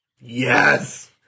Yes